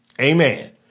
Amen